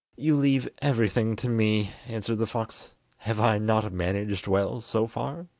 you leave everything to me answered the fox have i not managed well so far